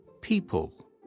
people